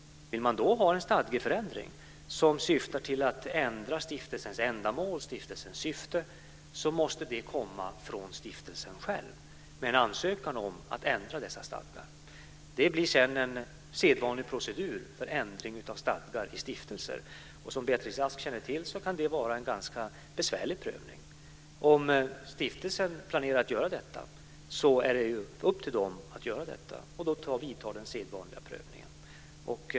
Vill man ha en stadgeförändring som syftar till att ändra stiftelsens ändamål, stiftelsens syfte, måste stiftelsen själv komma med en ansökan om att ändra dessa stadgar. Det blir sedan en sedvanlig procedur om ändring av stadgar i stiftelser. Och som Beatrice Ask känner till kan det vara en ganska besvärlig prövning. Om stiftelsen planerar att göra ändringen är det upp till den att göra det, och då vidtar den sedvanliga prövningen.